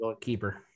Keeper